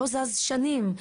לא זז שנים,